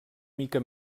mica